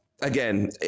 again